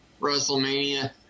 WrestleMania